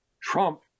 Trump